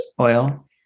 oil